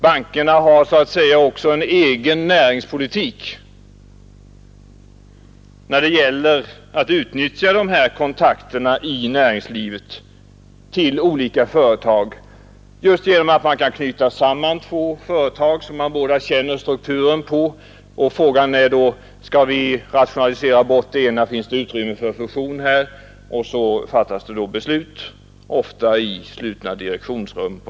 Bankerna har så att säga en egen näringspolitik när det gäller att utnyttja dessa kontakter i näringslivet till olika företag just genom att man kan knyta samman två företag vilkas struktur man känner till. Frågan blir då ofta: Skall vi rationalisera bort det ena företaget, finns det utrymme här för fusion? Och så fattas det beslut, ofta i slutna direktionsrum.